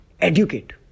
educate